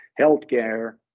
healthcare